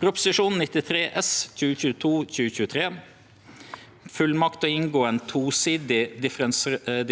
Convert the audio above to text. (Prop. 96 LS (2022–2023)) – om fullmakt til å inngå ein tosidig